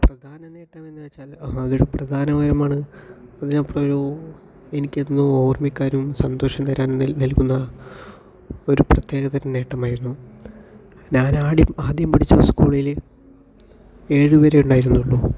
പ്രധാന നേട്ടമെന്ന് വെച്ചാൽ അതിൽ പ്രധാനമായുമാണ് അതിനിപ്പോൾ ഒരു എനിക്കെന്തോ ഓർമ്മിക്കാനും സന്തോഷം തരാനും നൽകുന്ന ഒരു പ്രത്യേകതരം നേട്ടമായിരുന്നു ഞാന് ആദ്യം ആദ്യം പഠിച്ച സ്കൂളില് ഏഴ് വരെ ഉണ്ടായിരുന്നുള്ളൂ